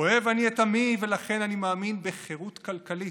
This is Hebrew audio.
אוהב אני את עמי, ולכן אני מאמין בחירות כלכלית.